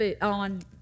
on